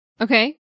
Okay